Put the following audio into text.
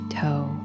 toe